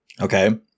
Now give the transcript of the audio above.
okay